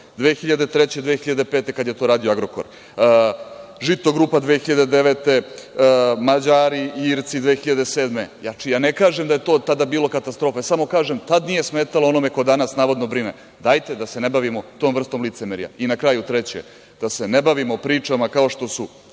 2005. godine kada je to radio „Agrokor“, „Žitogrupa“ 2009, Mađari, Irci 2007. Znači, ja ne kažem da je to tada bilo katastrofa, samo kažem da tad nije smetalo onome ko danas navodno brine. Dajte da se ne bavimo tom vrstom licemerja. Na kraju, treće, hajde da se ne bavimo pričamo kao što su